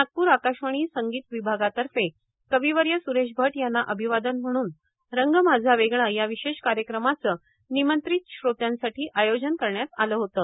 नागपूर आकाशवाणी संगीत विभागातर्फे कविवर्य सुरेश भट यांना अभिवादन म्हणून रंग माझा वेगळा या विशेष कार्यक्रमाचं निमंत्रित श्रोत्यांसाठी आयोजन करण्यात आलं होतं